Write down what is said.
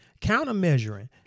countermeasuring